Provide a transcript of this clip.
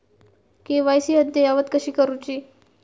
KYC अद्ययावत कशी करुची?